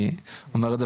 אני אומר את זה